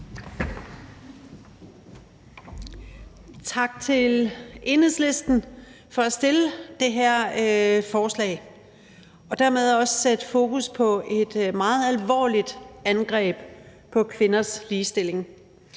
Tak til Enhedslisten for at fremsætte det her forslag og dermed også sætte fokus på et meget alvorligt angreb på kvinders ligestilling.